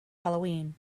halloween